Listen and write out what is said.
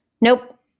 nope